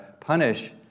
punish